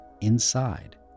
Inside